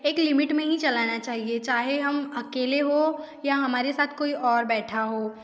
एक लिमिट में ही चलाना चाहिए चाहे हम अकेले हों या हमारे साथ कोई और बैठा हो